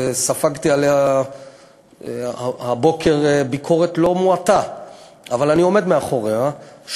וספגתי עליה הבוקר ביקורת לא מועטה אבל אני עומד מאחוריה,